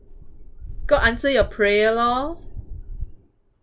god answer your prayer lor